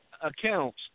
accounts